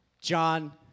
John